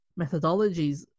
methodologies